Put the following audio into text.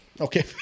Okay